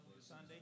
Sunday